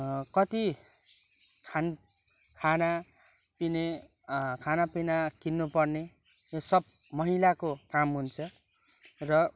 कति खान खानापिउने खानापिना किन्नुपर्ने यो सब महिलाको काम हुन्छ र